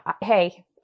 hey